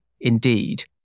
indeed